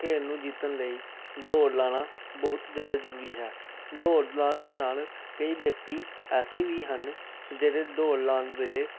ਖੇਲ ਨੂੰ ਜਿੱਤਣ ਲਈ ਦੋੜ ਲਾਣਾ ਬਹੁਤ ਜ਼ਿਆਦਾ ਜ਼ਰੂਰੀ ਹੈ ਦੋੜ ਲਾਣ ਦੇ ਨਾਲ ਕਈ ਵਿਅਕਤੀ ਐਸੇ ਵੀ ਹਨ ਜਿਹੜੇ ਦੋੜ ਲਾਣ ਵੇਲੇ